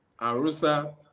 Arusa